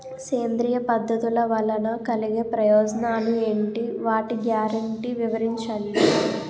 సేంద్రీయ పద్ధతుల వలన కలిగే ప్రయోజనాలు ఎంటి? వాటి గ్యారంటీ వివరించండి?